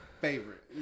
favorite